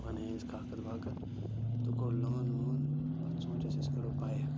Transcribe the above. بَنٲے اَسہِ کاکَد واکَد تہٕ کوٚڑ لون وون پَتہٕ سونٛچ اَسہِ أسۍ کَڑو بایک